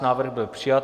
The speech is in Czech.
Návrh byl přijat.